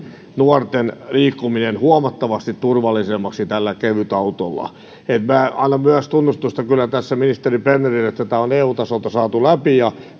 nuorten liikkumisen huomattavasti turvallisemmaksi tällä kevytautolla minä annan myös tunnustusta kyllä tässä ministeri bernerille että tämä on eu tasolta saatu läpi